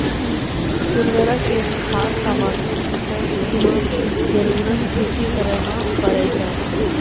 उर्वरक एक खाद सामग्री छिकै, जेकरो जरूरत खेती करै म परै छै